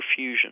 perfusion